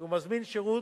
שהוא מזמין שירות,